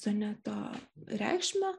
sineto reikšmę